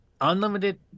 unlimited